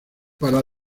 para